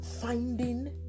finding